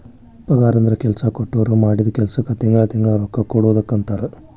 ಪಗಾರಂದ್ರ ಕೆಲ್ಸಾ ಕೊಟ್ಟೋರ್ ಮಾಡಿದ್ ಕೆಲ್ಸಕ್ಕ ತಿಂಗಳಾ ತಿಂಗಳಾ ರೊಕ್ಕಾ ಕೊಡುದಕ್ಕಂತಾರ